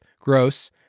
gross